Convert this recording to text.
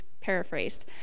paraphrased